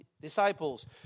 disciples